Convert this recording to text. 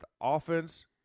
offense